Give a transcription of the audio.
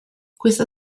questa